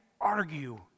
argue